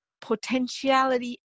potentiality